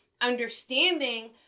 understanding